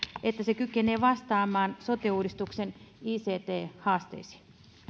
että se kykenee vastaamaan sote uudistuksen ict haasteisiin